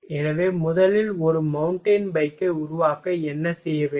எனவே முதலில் ஒரு மவுண்டன் பைக்கை உருவாக்க என்ன செய்ய வேண்டும்